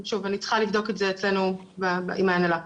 אני צריכה לבדוק את זה אצלנו עם ההנהלה.